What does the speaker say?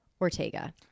Ortega